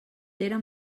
eren